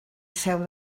seu